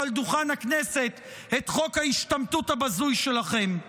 על דוכן הכנסת את חוק ההשתמטות הבזוי שלכם.